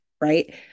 right